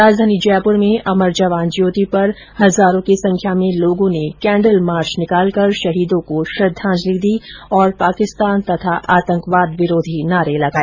राजधानी जयपुर में अमर जवान ज्योति पर हजारों की संख्या में लोगों ने कैंडल मार्च निकालकर शहीदों को श्रद्धांजलि दी और पाकिस्तान तथा आतंकवाद विरोधी नारे लगाए